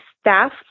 staff